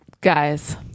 Guys